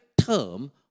term